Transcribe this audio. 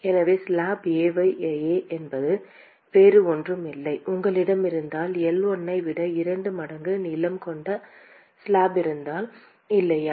எனவே slab A என்பது வேறு ஒன்றும் இல்லை உங்களிடம் இருந்தால் L1 ஐ விட இரண்டு மடங்கு நீளம் கொண்ட ஸ்லாப் இருந்தால் இல்லையா